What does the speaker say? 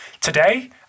Today